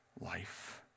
life